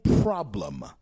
problem